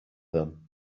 them